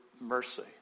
mercy